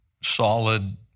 solid